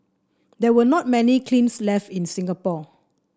there were not many kilns left in Singapore